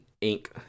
ink